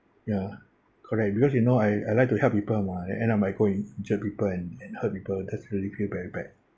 ya correct because you know I I like to help people mah and then end up I go and injure people and and hurt people that's really feel very bad